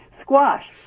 Squash